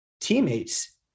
teammates